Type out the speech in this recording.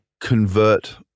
convert